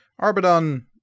Arbidon